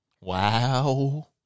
Wow